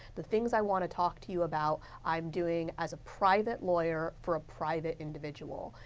the things i want to talk to you about, i am doing as a private lawyer for a private individual.